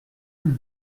mille